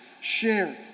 share